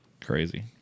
crazy